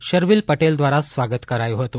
શર્વીલ પટેલ ધ્વારા સ્વાગત કરાયું હતું